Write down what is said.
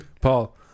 Paul